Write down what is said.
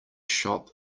shop